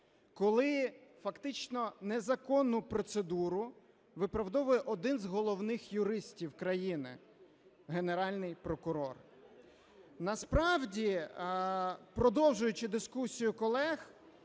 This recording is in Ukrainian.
коли фактично незаконну процедуру виправдовує один з головних юристів країни – Генеральний прокурор. Насправді, продовжуючи дискусію колег,